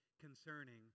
concerning